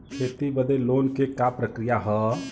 खेती बदे लोन के का प्रक्रिया ह?